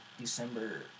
December